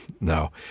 No